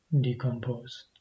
decomposed